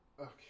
Okay